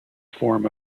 form